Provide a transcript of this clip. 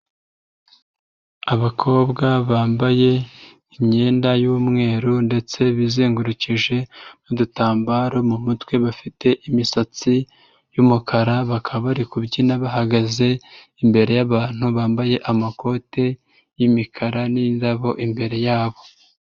Abakobwa bambaye imyenda y'umweru ndetse bizengurukije udutambaro mu mutwe bafite imisatsi yumukara bakaba bari kubyina bahagaze imbere y'abantutu bambaye amakoti yimikara nindabo imbere yabo.